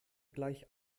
gleich